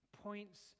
points